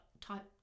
type